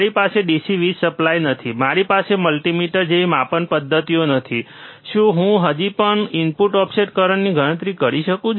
મારી પાસે DC વીજ સપ્લાય નથી મારી પાસે મલ્ટિમીટર જેવી માપન પદ્ધતિઓ નથી શું હું હજી પણ ઇનપુટ ઓફસેટ કરંટની ગણતરી કરી શકું